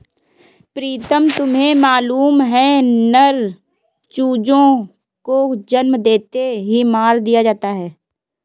प्रीतम तुम्हें मालूम है नर चूजों को जन्म लेते ही मार दिया जाता है